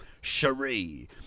Cherie